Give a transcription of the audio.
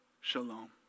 Shalom